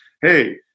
hey